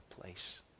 place